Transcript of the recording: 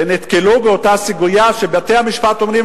שנתקלו באותה סוגיה שבתי-המשפט אומרים